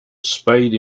spade